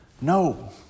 No